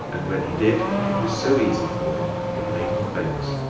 and when he did, it was so easy for him it made him famous.